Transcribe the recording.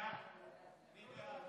סעיף 1